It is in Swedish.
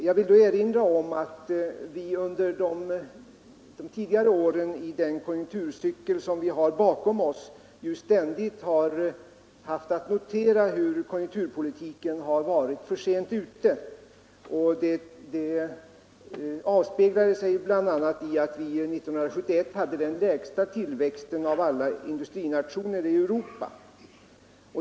Jag vill erinra om att vi under de tidigare åren av den konjunkturcykel som ligger bakom oss ständigt har fått notera hur konjunkturpolitiken varit för sent ute. Det avspeglade sig bl.a. i att vårt land 1971 hade den lägsta tillväxten av alla industrinationer i Europa.